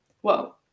Whoa